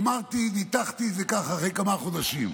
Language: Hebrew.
אמרתי, ניתחתי את זה ככה אחרי כמה חודשים: